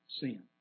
sin